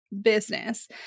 business